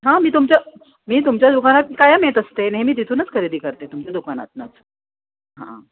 हां मी तुमच्या मी तुमच्या दुकानात कायम येत असते नेहमी तिथूनच खरेदी करते तुमच्या दुकानातनंच हां